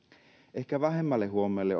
ehkä vähemmälle huomiolle